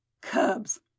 cubs